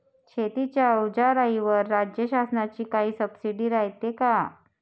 शेतीच्या अवजाराईवर राज्य शासनाची काई सबसीडी रायते का?